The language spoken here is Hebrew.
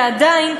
ועדיין,